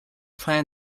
plan